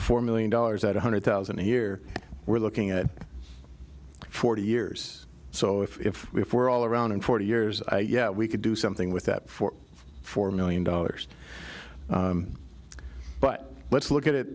four million dollars at one hundred thousand a year we're looking at forty years so if we were all around in forty years i yeah we could do something with that for four million dollars but let's look at it